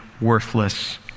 worthless